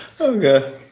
Okay